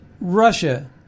Russia